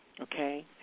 Okay